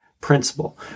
principle